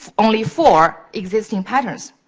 only four existing patterns.